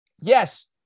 yes